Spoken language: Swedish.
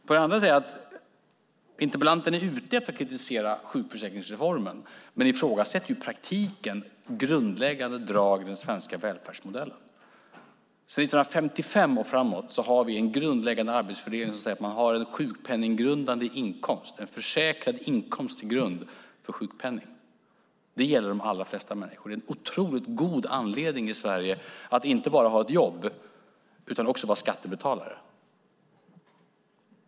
Interpellanten är ute efter att kritisera sjukförsäkringsreformen men ifrågasätter i praktiken grundläggande drag i den svenska välfärdsmodellen. Från 1955 och framåt har vi en grundläggande arbetsfördelning som säger att man har en sjukpenninggrundande inkomst, en försäkrad inkomst till grund för sjukpenning. Det gäller de allra flesta människor. det är en otroligt god anledning i Sverige att inte bara ha ett jobb utan också vara skattebetalare.